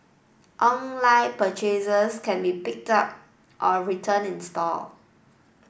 online purchases can be picked up or returned in store